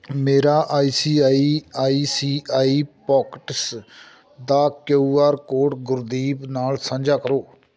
ਮੇਰਾ I C I I C I pockets ਦਾ Q R code Gurdeep ਨਾਲ ਸਾਂਝਾ ਕਰੋ